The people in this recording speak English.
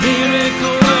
Miracle